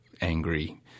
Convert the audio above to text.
angry